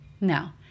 now